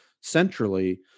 centrally